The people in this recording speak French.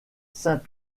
saint